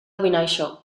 vinaixa